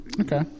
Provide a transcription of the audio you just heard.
Okay